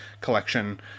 collection